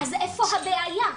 אז איפה הבעיה?